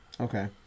Okay